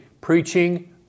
preaching